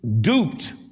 duped